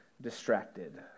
distracted